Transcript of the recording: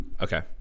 Okay